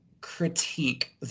critique